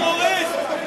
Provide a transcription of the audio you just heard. טרוריסט.